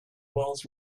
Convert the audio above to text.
walls